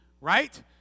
right